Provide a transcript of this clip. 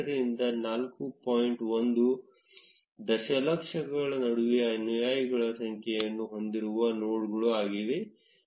1 ದಶಲಕ್ಷಗಳ ನಡುವೆ ಅನುಯಾಯಿಗಳ ಸಂಖ್ಯೆಯನ್ನು ಹೊಂದಿರುವ ನೋಡ್ಗಳು ಆಗಿದೆ